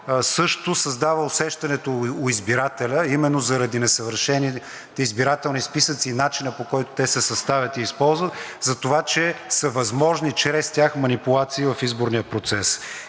също създава усещането у избирателя, именно заради несъвършените избирателни списъци и начина, по който те се съставят и използват за това, че са възможни чрез тях манипулации в изборния процес.